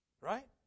Right